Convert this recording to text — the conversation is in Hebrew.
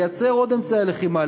לייצר עוד אמצעי לחימה,